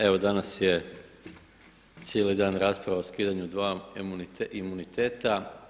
Evo danas je cijeli dan rasprava o skidanju dva imuniteta.